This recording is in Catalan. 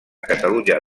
catalunya